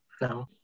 no